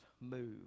move